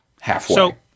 Halfway